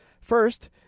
First